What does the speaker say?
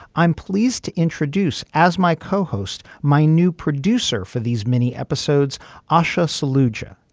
i'm pleased to introduce as my co-host my new producer for these many episodes ah aisha solution.